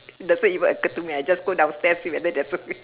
doesn't even occur to me I just go downstairs see whether the